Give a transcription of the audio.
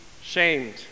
shamed